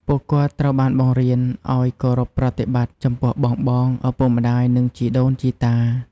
ពួកគាត់ត្រូវបានបង្រៀនឱ្យ គោរពប្រតិបត្តិ ចំពោះបងៗ ឪពុកម្ដាយ និងជីដូនជីតា។